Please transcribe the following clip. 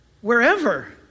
Wherever